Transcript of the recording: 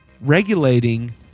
regulating